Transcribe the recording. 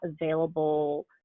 available